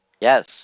Yes